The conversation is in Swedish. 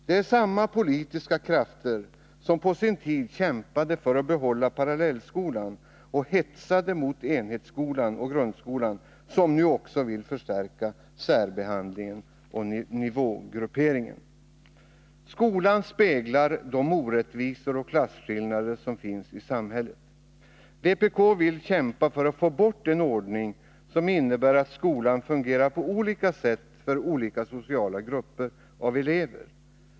Det är samma politiska krafter som på sin tid kämpade för att behålla parallellskolan och hetsade mot enhetsskolan och grundskolan som nu också vill förstärka särbehandlingen och nivågrupperingen. Skolan speglar de orättvisor och klasskillnader som finns i samhället. Vpk vill kämpa för att få bort en ordning som innebär att skolan fungerar på olika sätt för olika sociala grupper av elever.